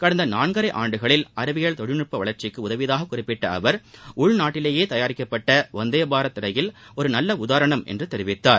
கடந்த நாள்கரை ஆண்டுகளில் அறிவியல் தொழில்நட்ப வளர்ச்சிக்கு உதவியதாக குறிப்பிட்ட அவர் உள்நாட்டிலேயே தயாரிக்கப்படட வந்தே பாரத் ரயில் ஒரு நல்ல உதாரணம் என்றும் தெரிவித்தார்